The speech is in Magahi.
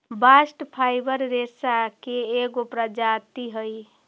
बास्ट फाइवर रेसा के एगो प्रजाति हई